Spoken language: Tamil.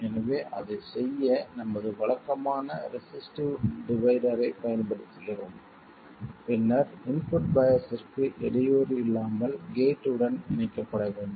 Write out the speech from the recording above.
எனவே அதைச் செய்ய நமது வழக்கமான ரெசிஸ்டிவ் டிவைடரைப் பயன்படுத்துகிறோம் பின்னர் இன்புட் பையாஸ்ற்கு இடையூறு இல்லாமல் கேட் உடன் இணைக்கப்பட வேண்டும்